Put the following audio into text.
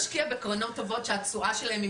משקיע בקרנות טובות שהתשואה שלהן היא